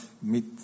mit